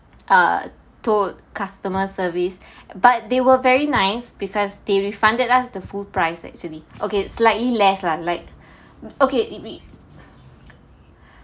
uh told customer service but they were very nice because they refunded us the full price actually okay slightly less lah like okay we